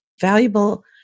valuable